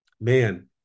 man